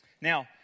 Now